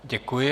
Děkuji.